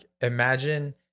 imagine